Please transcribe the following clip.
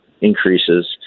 increases